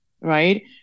right